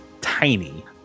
tiny